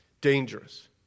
dangerous